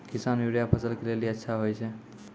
किसान यूरिया फसल के लेली अच्छा होय छै?